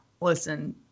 listen